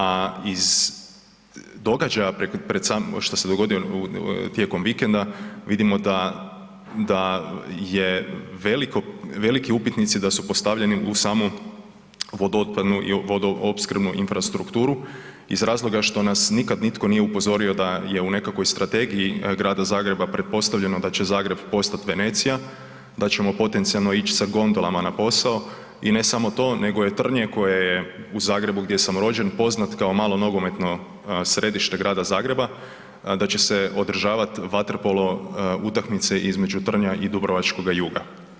A iz događaja pred sam, što se dogodio tijekom vikenda vidimo da, da je veliko, veliki upitnici da su postavljeni u samu vodootpadnu i vodoopskrbnu infrastrukturu iz razloga što nas nikad nitko nije upozorio da je u nekakvoj strategiji Grada Zagreba pretpostavljeno da će Zagreb postat Venecija, da ćemo potencijalno ić sa gondolama na posao i ne samo to nego je Trnje koje je u Zagrebu gdje sam rođen poznat kao malo nogometno središte Grada Zagreba, da će se održavat vaterpolo utakmice između Trnja i dubrovačkoga Juga.